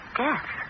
death